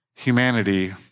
Humanity